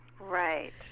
right